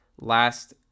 last